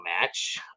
match